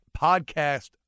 Podcast